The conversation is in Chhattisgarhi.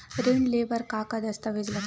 ऋण ले बर का का दस्तावेज लगथे?